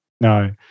No